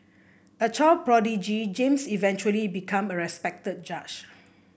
a child prodigy James eventually become a respected judge